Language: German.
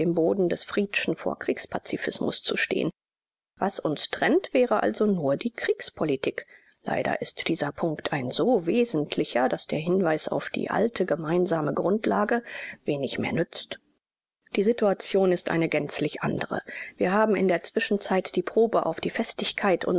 boden des friedschen vorkriegs-pazifismus zu stehen was uns trennt wäre also nur die kriegspolitik leider ist dieser punkt ein so wesentlicher daß der hinweis auf die alte gemeinsame grundlage wenig mehr nützt die situation ist eine gänzlich andere wir haben in der zwischenzeit die probe auf die festigkeit